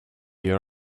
your